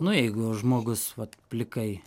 nu jeigu žmogus vat plikai